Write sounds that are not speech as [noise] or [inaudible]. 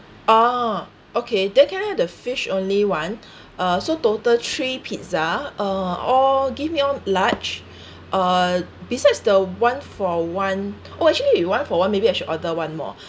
ah okay then can I have the fish only one [breath] ah so total three pizza uh or give me one large [breath] uh besides the one for one [breath] oh actually if one for one maybe I should order one more [breath]